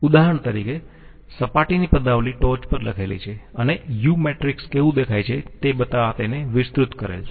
ઉદાહરણ તરીકે સપાટીની પદાવલિ ટોચ પર લખેલી છે અને u મેટ્રિક્સ કેવું દેખાય છે તે બતાવવા તેને વિસ્તૃત કરેલ છે